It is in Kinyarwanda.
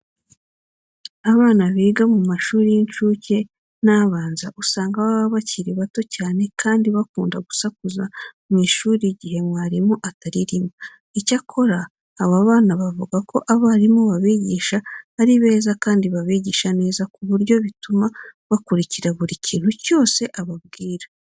Abana biga mu mashuri y'incuke n'abanza usanga baba bakiri bato cyane kandi bakunda gusakuza mu ishuri igihe umwarimu ataririmo. Icyakora aba bana bavuga ko abarimu babigisha ari beza kandi babigisha neza ku buryo bituma bakurikira buri kintu cyose ababwira.